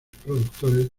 productores